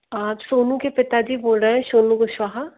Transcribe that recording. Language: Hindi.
आप सोनू के पिताजी बोल रहे हैं सोनू कुशवाहा